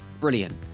Brilliant